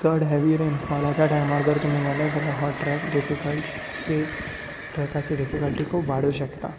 चड हेवी रेनफॉलाच्या टायमार जर तुमी गेले जाल्यार हो ट्रेक डीफीकल्ट ट्रेकाची डीफीकल्टी खूब वाडूंक शकता